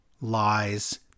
lies